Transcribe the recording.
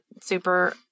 super